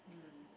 um